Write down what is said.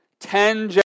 Ten